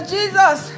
Jesus